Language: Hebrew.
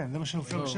כן, זה מה שמופיע בשקף.